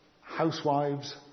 Housewives